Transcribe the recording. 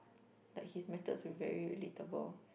that his methods were very relatable